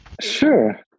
sure